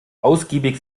ausgiebig